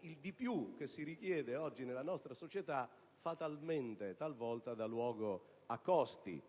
il di più che si richiede oggi nella nostra società fatalmente talvolta dà luogo a costi.